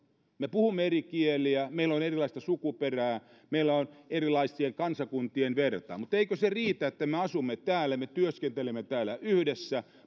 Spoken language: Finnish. me puhumme eri kieliä meillä on erilaista sukuperää meillä on erilaisten kansakuntien verta mutta eikö se riitä että me asumme täällä ja me työskentelemme täällä yhdessä